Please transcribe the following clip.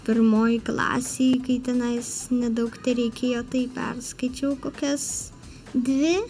pirmoj klasėj kai tenais nedaug tereikėjo tai perskaičiau kokias dvi